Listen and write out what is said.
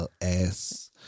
LS